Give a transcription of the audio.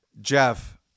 Jeff